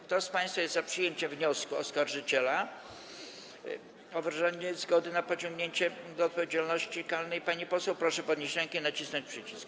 Kto z państwa jest za przyjęciem wniosku oskarżyciela o wyrażenie zgody na pociągnięcie do odpowiedzialności karnej pani poseł, proszę podnieść rękę i nacisnąć przycisk.